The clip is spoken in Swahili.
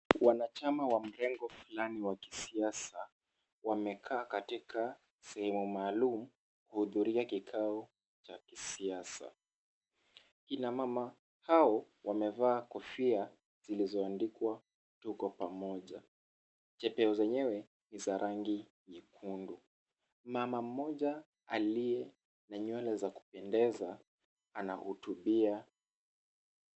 Wanachama wa mrengo fulani wa kisiasa, wamekaa katika sehemu maalum, kuhudhuria kikao cha kisiasa. Kina mama hao wamevalia kofia zilizoandikwa Tuko Pamoja. Chepeo zenyewe ni za rangi nyekundu. Mama mmoja aliye na nywele za kupendeza anahutubia.